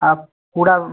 आप पुरा वह